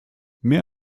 mehr